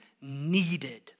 needed